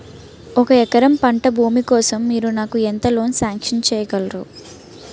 ఒక ఎకరం పంట భూమి కోసం మీరు నాకు ఎంత లోన్ సాంక్షన్ చేయగలరు?